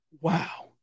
wow